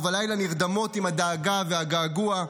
ובלילה נרדמות עם הדאגה והגעגוע.